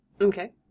Okay